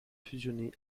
fusionné